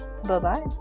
Bye-bye